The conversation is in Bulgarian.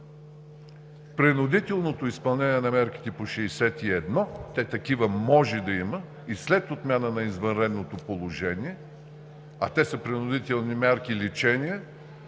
принудителното изпълнение на мерките по чл. 61 – такива може да има и след отмяна на извънредното положение, а те са принудителни мерки – лечение,